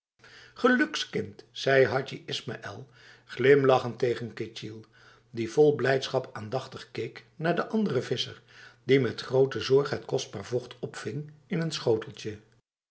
gelukskind zei hadji ismaïl glimlachend tegen ketjil die vol blijdschap aandachtig keek naar de andere visser die met grote zorg het kostbaar vocht opving in een schoteltje